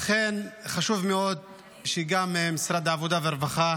לכן חשוב מאוד שגם משרד העבודה והרווחה